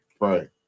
Right